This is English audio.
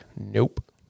Nope